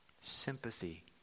sympathy